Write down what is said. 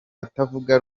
atavuga